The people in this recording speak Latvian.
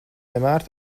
vienmēr